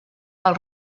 els